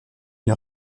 une